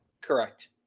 Correct